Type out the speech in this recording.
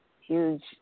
huge